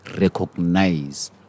recognize